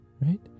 right